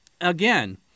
again